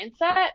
mindset